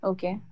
Okay